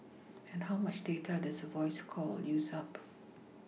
and how much data does a voice call use up